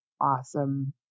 awesome